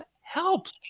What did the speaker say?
helps